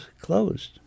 closed